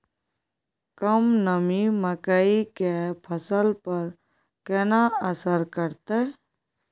कम नमी मकई के फसल पर केना असर करतय?